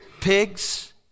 pigs